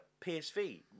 PSV